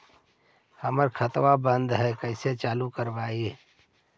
हमर खतवा बंद है कैसे चालु करवाई?